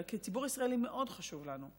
אלא כי הציבור הישראלי מאוד חשוב לנו.